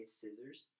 scissors